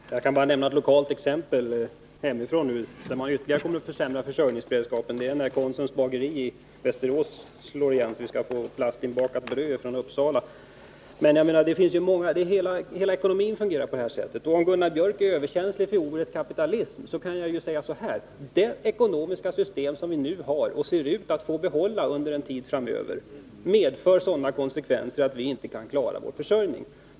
Herr talman! Jag kan bara nämna ett lokalt exempel hemifrån, där man ytterligare kommer att försämra försörjningsberedskapen. Det är när Konsums bageri i Västerås slår igen och vi får plastinbakat bröd från Uppsala. Men hela ekonomin fungerar på det här sättet. Och om Gunnar Björk är överkänslig för ordet kapitalism kan jag säga så här: Det ekonomiska system som vi nu har och som vi antagligen får behålla under en tid framöver medför sådana konsekvenser att vi inte kan klara vår försörjning.